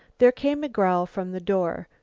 there came a growl from the door.